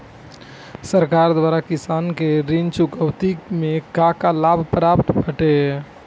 सरकार द्वारा किसानन के ऋण चुकौती में का का लाभ प्राप्त बाटे?